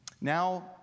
now